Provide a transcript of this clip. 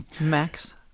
Max